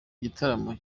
n’igitaramo